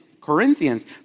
Corinthians